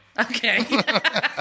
Okay